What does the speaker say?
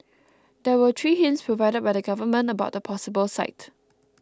there were three hints provided by the government about the possible site